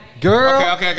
girl